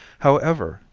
however,